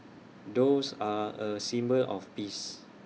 doves are A symbol of peace